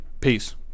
Peace